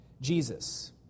Jesus